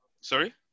Sorry